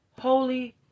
holy